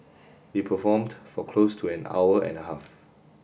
they performed for close to an hour and a half